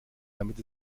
damit